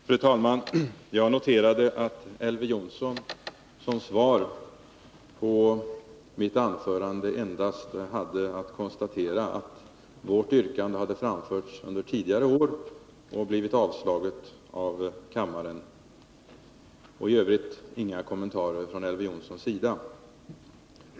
Fru talman! Jag noterade att Elver Jonsson som svar på mitt anförande endast hade att konstatera att vårt yrkande hade framförts under tidigare år och blivit avslaget av kammaren. I övrigt hade Elver Jonsson inga kommentarer.